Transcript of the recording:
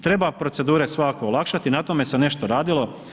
Treba procedure svakako olakšati, na tome se nešto radilo.